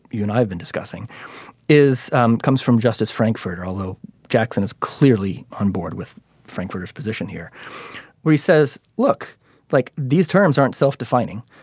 you and i have been discussing is um comes from justice frankfurter although jackson is clearly on board with frankfurt his position here where he says look like these terms aren't self defining.